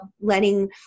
letting